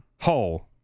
hole